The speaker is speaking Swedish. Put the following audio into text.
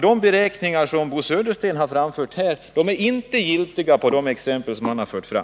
De beräkningar som Bo Södersten har redovisat här är således inte giltiga när det gäller de exempel han har fört fram.